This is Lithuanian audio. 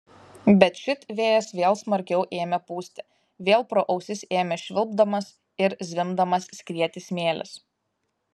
bet šit vėjas vėl smarkiau ėmė pūsti vėl pro ausis ėmė švilpdamas ir zvimbdamas skrieti smėlis